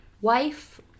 wife